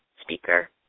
Speaker